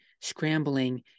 scrambling